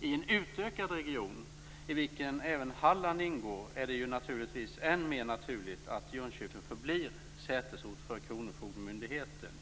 I en utökad region, i vilken även Halland ingår, är det naturligtvis än mer naturligt att Jönköping förblir sätesort för kronofogdemyndigheten.